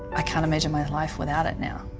i can't imagine my life without it now.